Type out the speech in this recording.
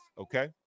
Okay